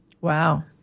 Wow